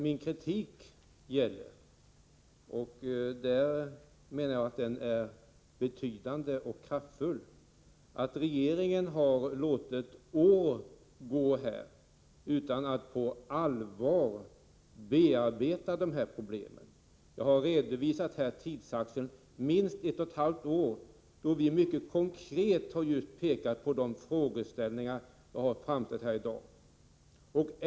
Min kritik gäller - i fråga om detta menar jag att kritiken är betydande och kraftfull — att regeringen har låtit år gå utan att på allvar bearbeta dessa problem. Jag har redovisat tidsaxeln för minst ett och ett halvt år då vi mycket konkret pekat på just de frågeställningar jag fört fram under den här debatten.